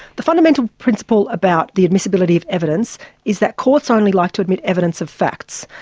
the fundamental principle about the admissibility of evidence is that courts only like to admit evidence of facts.